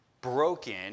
broken